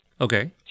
Okay